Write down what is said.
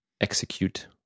execute